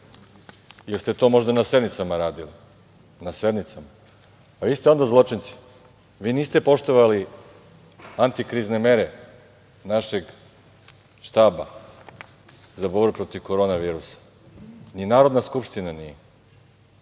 Jeste li to možda na sednicama radili? Na sednicama. Pa vi ste onda zločinci, vi niste poštovali antikrizne mere našeg štaba za borbu protiv korona virusa. Ni Narodna skupština nije,